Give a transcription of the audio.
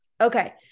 Okay